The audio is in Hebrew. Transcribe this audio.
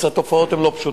אז התופעות הן לא פשוטות.